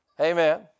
Amen